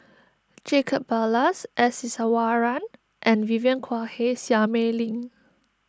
Jacob Ballas S Iswaran and Vivien Quahe Seah Mei Lin